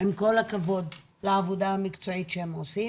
עם כל הכבוד לעבודה המקצועית שהם עושים.